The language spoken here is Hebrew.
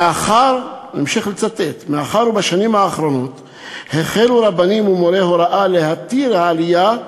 מאחר שבשנים האחרונות החלו רבנים ומורי הוראה להתיר העלייה,